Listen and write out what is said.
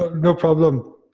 ah no problem.